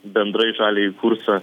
bendrai žaliąjį kursą